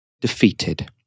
defeated